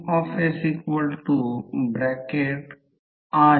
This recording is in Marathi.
5 2 4 2 21 सेंटीमीटर म्हणजे 0